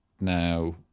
now